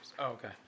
Okay